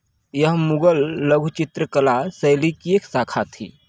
यह मुग़ल लघु चित्रकला शैली की एक शाखा थी